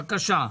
בבקשה.